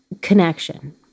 connection